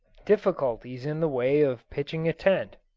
difficulties in the way of pitching a tent